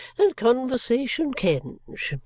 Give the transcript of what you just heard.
and conversation kenge!